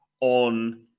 on